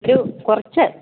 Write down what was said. ഒരു കുറച്ച്